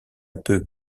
peu